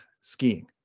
skiing